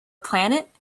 planet